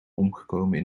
omgekomen